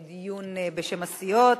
לדיון, בשם הסיעות.